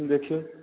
ई देखियौ